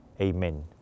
Amen